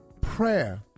prayer